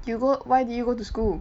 you go why did you go to school